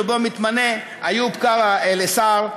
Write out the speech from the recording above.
שבה איוב קרא מתמנה לשר.